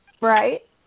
Right